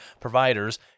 providers